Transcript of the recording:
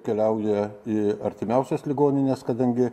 keliauja į artimiausias ligonines kadangi